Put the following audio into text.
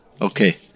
Okay